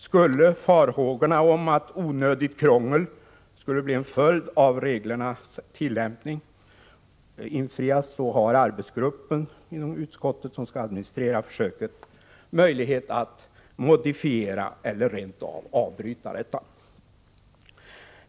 Skulle farhågorna om att onödigt krångel skulle bli en följd av reglernas tillämpning infrias, har arbetsgruppen inom utskottet, som skall administrera försöket, möjlighet att modifiera eller rent av avbryta detta.